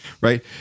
right